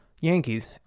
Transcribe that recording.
Yankees